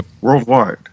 worldwide